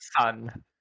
sun